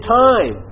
time